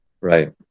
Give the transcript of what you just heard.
right